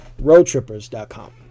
Roadtrippers.com